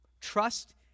Trust